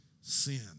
Sin